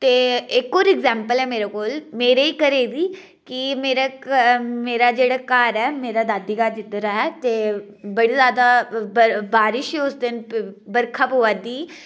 ते इक्क होर एगजैम्पल ऐ मेरे कोल मेरे घरै दी कि मेरा जेह्ड़ा घर ऐ मेरा दादी घर जिद्धर ऐ ते बड़ी जादा बारिश उस दिन बर्खा पवै दी